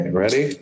ready